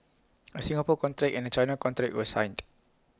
A Singapore contract and A China contract were signed